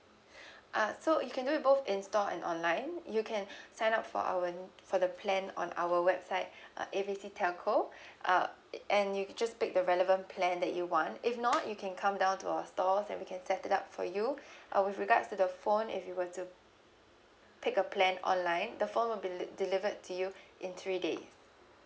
uh so you can do with both in store and online you can sign up for our for the plan on our website uh A B C telco uh it and you can just pick the relevant plan that you want if not you can come down to our stores then we can set it up for you uh with regards to the phone if you were to pick a plan online the phone will be de~ delivered to you in three days